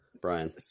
Brian